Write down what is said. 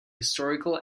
historical